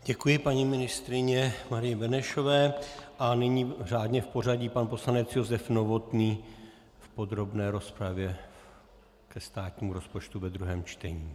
Děkuji paní ministryni Marii Benešové a nyní řádně v pořadí pan poslanec Josef Novotný v podrobné rozpravě o státním rozpočtu ve druhém čtení.